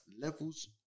levels